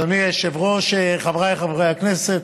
אדוני היושב-ראש, חבריי חברי הכנסת,